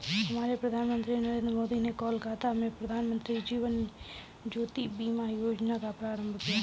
हमारे प्रधानमंत्री नरेंद्र मोदी ने कोलकाता में प्रधानमंत्री जीवन ज्योति बीमा योजना का प्रारंभ किया